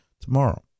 tomorrow